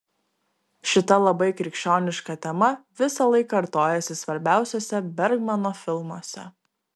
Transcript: šita labai krikščioniška tema visąlaik kartojasi svarbiausiuose bergmano filmuose